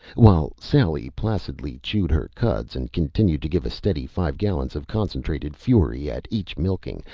while sally placidly chewed her cuds and continued to give a steady five gallons of concentrated fury at each milking,